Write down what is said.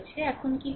এখন কি করব